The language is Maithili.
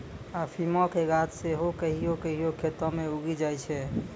अफीमो के गाछ सेहो कहियो कहियो खेतो मे उगी जाय छै